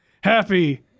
Happy